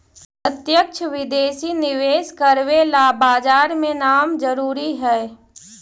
प्रत्यक्ष विदेशी निवेश करवे ला बाजार में नाम जरूरी है